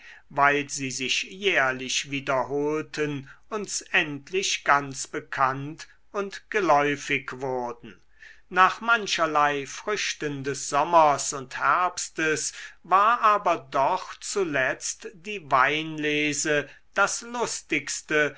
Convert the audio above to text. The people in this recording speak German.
weil sie sich jährlich wiederholten uns endlich ganz bekannt und geläufig wurden nach mancherlei früchten des sommers und herbstes war aber doch zuletzt die weinlese das lustigste